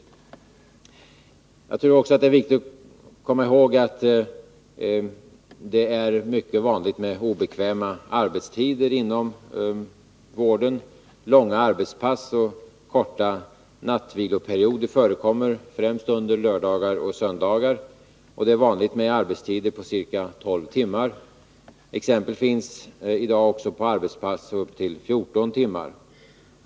e Det är också viktigt att komma ihåg att det är mycket vanligt med obekväma arbetstider inom vården. Långa arbetspass och korta nattviloperioder förekommer, främst under lördagar och söndagar. Det är vanligt med arbetstider på ca 12 timmar. Exempel finns i dag på arbetspass på ända upp till 14 timmar.